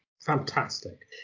fantastic